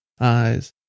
eyes